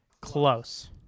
Close